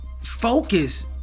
Focus